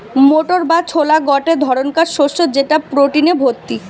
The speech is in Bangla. মোটর বা ছোলা গটে ধরণকার শস্য যেটা প্রটিনে ভর্তি